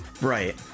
Right